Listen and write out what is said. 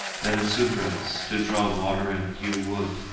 then sudras, to draw water and hew wood